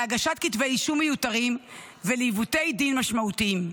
להגשת כתבי אישום מיותרים ולעיוותי דין משמעותיים.